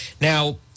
Now